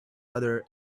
other